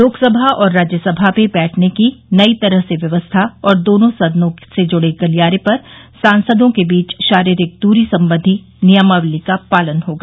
लोकसभा और राज्यसभा में बैठने की नई तरह से व्यवस्था और दोनों सदनों से जुड़े गलियारे पर सांसदों के बीच शारीरिक दूरी संबंधी नियमावली का पालन होगा